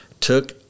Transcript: took